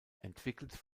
entwickelt